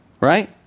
right